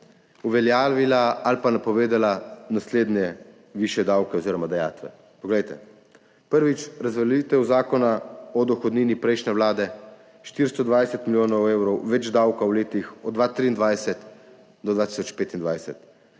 uveljavila ali pa napovedala naslednje višje davke, oziroma dajatve. Poglejte, prvič, razveljavitev Zakona o dohodnini prejšnje vlade – 420 milijonov evrov več davka v letih od 2003 do 2025.